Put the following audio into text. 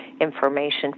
information